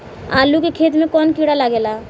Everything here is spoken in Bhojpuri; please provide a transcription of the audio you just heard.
आलू के खेत मे कौन किड़ा लागे ला?